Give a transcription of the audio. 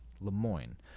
Lemoyne